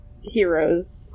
heroes